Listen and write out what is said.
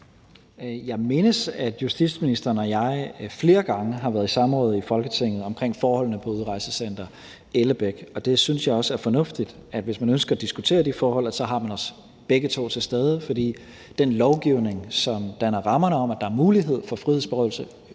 Jeg mindes, at justitsministeren og jeg flere gange har været i samråd i Folketinget omkring forholdene på Udlændingecenter Ellebæk. Og jeg synes også, det er fornuftigt, at hvis man ønsker at diskutere de forhold, er vi begge to til stede, for den lovgivning, der danner rammerne om, at der er mulighed for frihedsberøvelse,